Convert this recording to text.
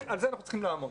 על זה אנחנו צריכים לעמוד.